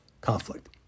conflict